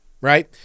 right